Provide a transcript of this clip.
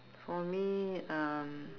for me um